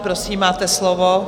Prosím, máte slovo.